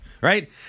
Right